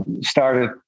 started